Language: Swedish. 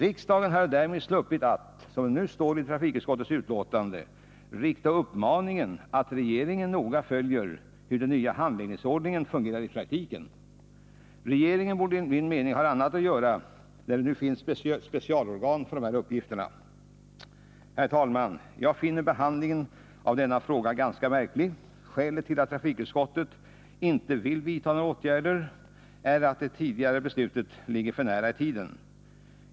Riksdagen hade därmed sluppit framföra uppmaningen att — som det nu står i trafikutskottets betänkande — regeringen noga skall följa hur den nya handläggningsordningen fungerar i praktiken. Regeringen borde enligt min mening ha annat att göra, när det nu finns specialorgan för de här uppgifterna. Herr talman! Jag finner behandlingen av denna fråga ganska märklig. Skälet till att trafikutskottet inte vill vidta några åtgärder är att det tidigare beslutet ligger för nära i tiden.